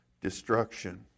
destruction